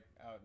out